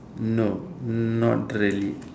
no not really